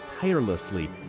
tirelessly